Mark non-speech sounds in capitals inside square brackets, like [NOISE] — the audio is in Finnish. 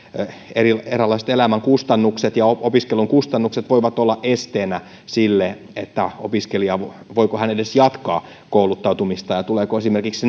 erilaiset elämän kustannukset ja opiskelun kustannukset voivat olla esteenä sille että opiskelija voi edes jatkaa kouluttautumista ja voivat vaikuttaa siihen tuleeko esimerkiksi [UNINTELLIGIBLE]